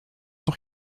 noch